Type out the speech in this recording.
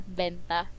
benta